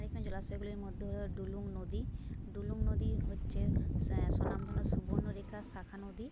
এখানে জলাশয়গুলির মধ্যে হল ডুলুং নদী ডুলুং নদী হচ্ছে সে স্বনামধন্য সুবর্ণরেখার শাখা নদী